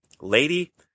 lady